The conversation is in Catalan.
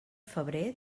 febrer